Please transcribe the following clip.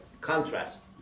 contrast